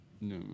No